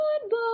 goodbye